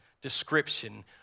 description